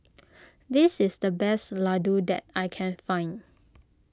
this is the best Ladoo that I can find